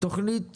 תוכנית